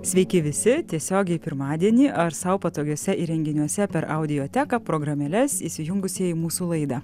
sveiki visi tiesiogiai pirmadienį ar sau patogiuose įrenginiuose per audioteką programėles įsijungusieji mūsų laida